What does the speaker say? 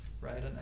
right